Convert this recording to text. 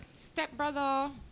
stepbrother